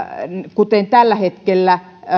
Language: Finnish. kuten tällä hetkellä